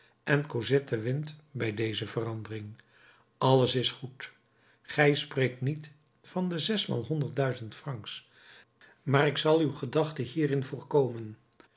en cosette wint bij deze verandering alles is goed gij spreekt niet van de zesmaal honderd duizend francs maar ik zal uw gedachte hierin voorkomen